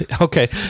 Okay